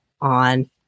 on